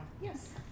Yes